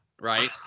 right